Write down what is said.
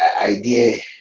idea